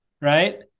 right